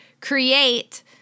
create